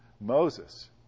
Moses